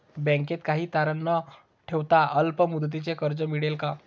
बँकेत काही तारण न ठेवता अल्प मुदतीचे कर्ज मिळेल का?